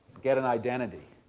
get an identity.